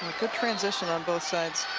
good transition on both sides.